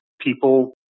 people